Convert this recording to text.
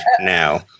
now